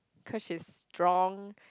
cause she's strong